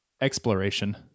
exploration